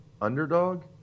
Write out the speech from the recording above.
underdog